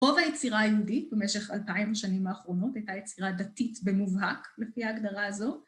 רוב היצירה היהודית במשך אלפיים שנים האחרונות הייתה יצירה דתית במובהק לפי ההגדרה הזאת.